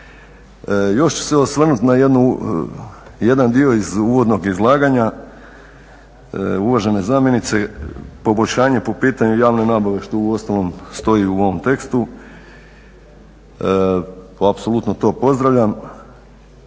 Još ću se osvrnuti na jednu, jedan dio iz uvodnog izlaganja uvažene zamjenice, poboljšanje po pitanju javne nabave, što u ostalom stoji u ovom tekstu. Pa, apsolutno to pozdravljam